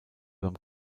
beim